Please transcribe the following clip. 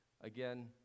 Again